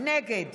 נגד